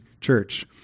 church